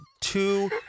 two